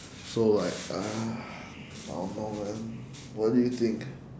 so like uh I don't know man what do you think